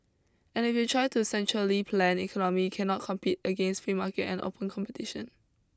and if you try to centrally planned economy cannot compete against free market and open competition